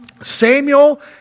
Samuel